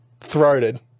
throated